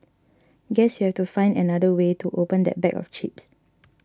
guess you have to find another way to open that bag of chips